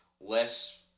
less